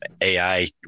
AI